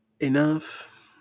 Enough